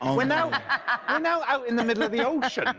um we're now ah now out in the middle of the ocean.